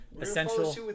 essential